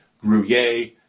gruyere